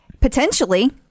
Potentially